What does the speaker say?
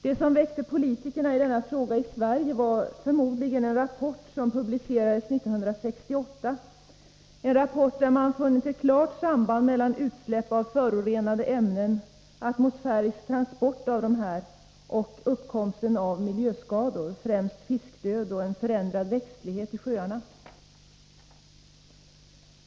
Det som väckte politikerna i denna fråga i Sverige var förmodligen en rapport som publicerades 1968 — en rapport om att man funnit ett klart samband mellan utsläpp av förorenade ämnen, atmosfärisk transport av dessa ämnen samt uppkomst av miljöskador, främst fiskdöd och en förändrad växtlighet i sjöarna.